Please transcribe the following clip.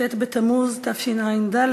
ט' בתמוז תשע"ד,